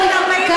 תשע עמותות,